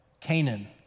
Canaan